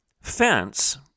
fence